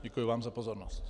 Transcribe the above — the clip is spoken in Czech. Děkuji vám za pozornost.